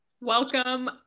Welcome